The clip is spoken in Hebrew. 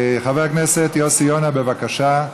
חבר הכנסת יוסי יונה, בבקשה,